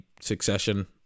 Succession